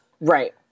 Right